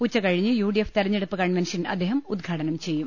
ഉച്ചകഴിഞ്ഞ് U D F തെരഞ്ഞെടുപ്പ് convention അദ്ദേഹം ഉദ്ഘാടനം ചെയ്യും